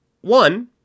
One